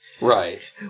Right